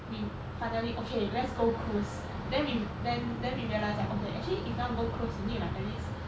we finally okay let's go cruise then we then then we realize like okay actually if I'm to go cruise you need like at least